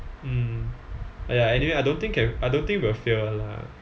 mm !aiya! anyway I don't think can I don't think will fail [one] lah